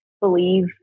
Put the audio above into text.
believe